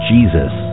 Jesus